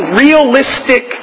realistic